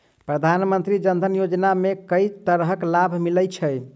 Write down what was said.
प्रधानमंत्री जनधन योजना मे केँ तरहक लाभ मिलय छै?